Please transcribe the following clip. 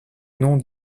nom